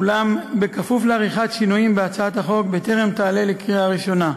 אולם כפוף לעריכת שינויים בה בטרם תעלה לקריאה ראשונה,